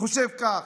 חושב כך.